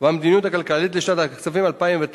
והמדיניות הכלכלית לשנת הכספים 2009),